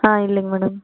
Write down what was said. ஆ இல்லைங்க மேடம்